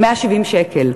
170 שקל.